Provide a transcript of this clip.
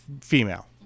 female